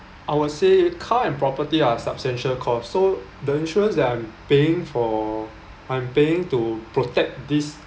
I would say car and property are substantial cost so the insurance that I'm paying for I'm paying to protect this